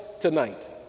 tonight